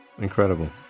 Incredible